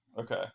Okay